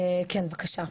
בבקשה.